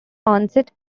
onset